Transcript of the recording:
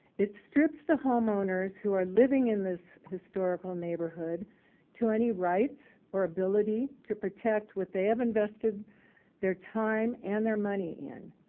it strips the homeowners who are living in this historical neighborhood to any rights or ability to protect what they have invested their time and their money in.